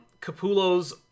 Capullo's